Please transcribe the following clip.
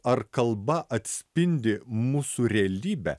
ar kalba atspindi mūsų realybę